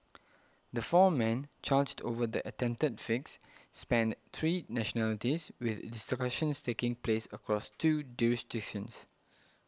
the four men charged over the attempted fix spanned three nationalities with discussions taking place across two jurisdictions